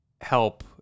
help